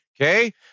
okay